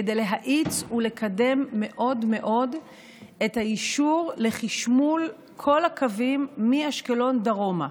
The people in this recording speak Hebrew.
כדי להאיץ ולקדם מאוד מאוד את האישור לחשמול כל הקווים מאשקלון דרומה,